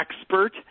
expert